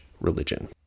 religion